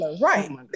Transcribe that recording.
Right